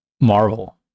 Marvel